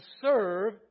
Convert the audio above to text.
serve